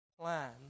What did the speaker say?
plan